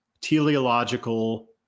teleological